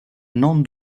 non